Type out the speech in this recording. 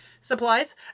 supplies